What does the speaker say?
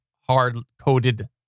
hard-coded